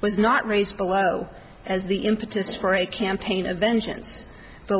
was not raised below as the impetus for a campaign of vengeance b